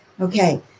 Okay